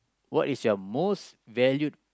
what is your most valued